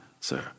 sir